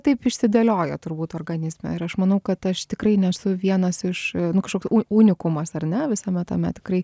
taip išsidėliojo turbūt organizme ir aš manau kad aš tikrai nesu vienas iš kažkoks u unikumas ar ne visame tame tikrai